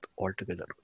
altogether